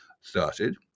started